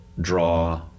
draw